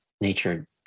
nature